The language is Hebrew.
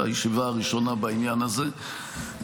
את הישיבה הראשונה בעניין הזה,